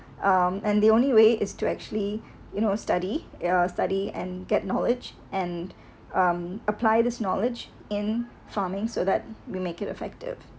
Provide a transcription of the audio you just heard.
um and the only way is to actually you know study a study and get knowledge and um apply this knowledge in farming so that we make it effective